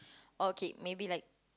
okay maybe like